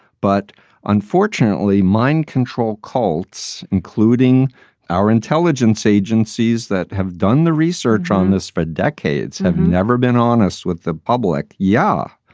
but unfortunately, mind control cults, including our intelligence agencies that have done the research on this for decades, have never been honest with the public. yeah,